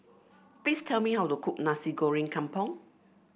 please tell me how to cook Nasi Goreng Kampung